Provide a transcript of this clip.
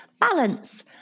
Balance